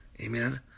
Amen